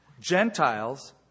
Gentiles